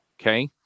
Okay